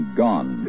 gone